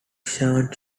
shah